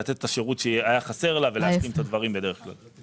לתת את השירות שהיה חסר לה ולהשלים את הדברים בדרך כלל.